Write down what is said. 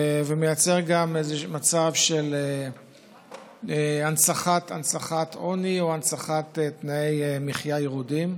ומייצר גם מצב של הנצחת עוני או הנצחת תנאי מחיה ירודים.